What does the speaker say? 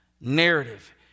narrative